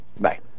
Bye